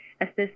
assist